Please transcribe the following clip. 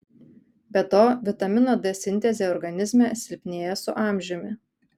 be to vitamino d sintezė organizme silpnėja su amžiumi